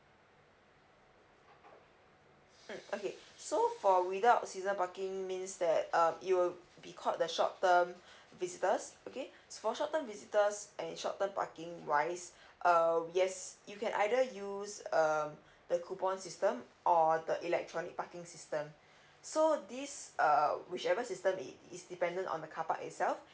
mm okay so for without season parking means that um it will be called the short term visitors okay so for shorter visitors and short term parking wise err we yes you can either use um the coupon system or the electronic parking system so this err whichever system it is dependent on the carpark itself